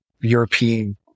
European